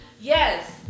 yes